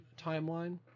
timeline